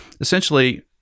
essentially